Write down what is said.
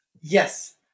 Yes